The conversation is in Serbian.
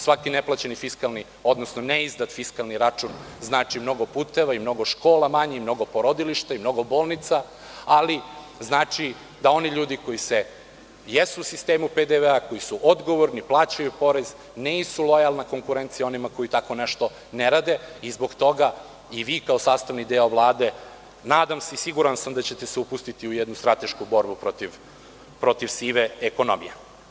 Svaki neplaćeni fiskalni odnosno neizdati fiskalni račun znači mnogo puteva manje, mnogo škola i mnogo porodilišta manje, i mnogo bolnica manje, ali, znači i da oni ljudi koji jesu u sistemu PDV-a, koji su odgovorni, plaćaju porez, nisu lojalna konkurencija onima koji tako nešto ne rade i zbog toga i vi kao sastavni deo Vlade, nadam se i siguran sam da ćete se upustiti u jednu stratešku borbu protiv sive ekonomije.